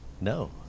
No